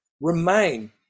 remain